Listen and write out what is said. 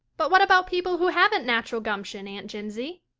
but what about people who haven't natural gumption, aunt jimsie?